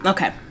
Okay